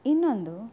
ಇನ್ನೊಂದು